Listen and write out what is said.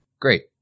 great